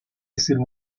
esseri